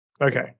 Okay